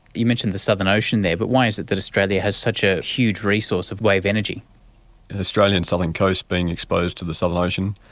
you mentioned the southern ocean there, but why is it that australia has such a huge resource of wave energy? the australian southern coast being exposed to the southern ocean,